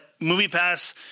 MoviePass